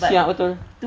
siak betul